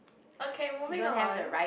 okay moving on